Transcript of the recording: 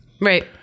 Right